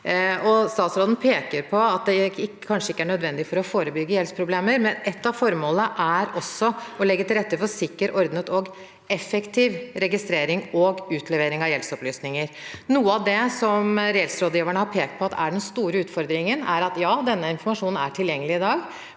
Statsråden peker på at det kanskje ikke er nødvendig for å forebygge gjeldsproblemer, men et av formålene er også å legge til rette for sikker, ordnet og effektiv registrering og utlevering av gjeldsopplysninger. Noe av det rettsrådgiverne har pekt på som en stor utfordring, er at denne informasjonen er tilgjengelig i dag,